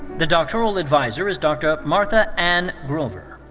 the doctoral adviser is dr. martha anne grover.